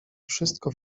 wszystko